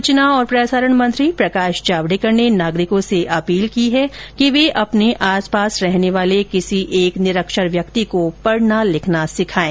सूचना और प्रसारण मंत्री प्रकाश जावडेकर ने नागरिकों से अपील से की है कि वे अपने आसपास रहने वाले किसी एक निरक्षर व्यक्ति को पढ़ना लिखना सिखाएं